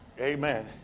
Amen